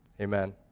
amen